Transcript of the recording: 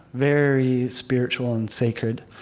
very spiritual and sacred